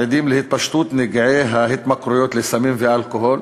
עדים להתפשטות נגעי ההתמכרויות לסמים ואלכוהול.